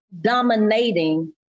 dominating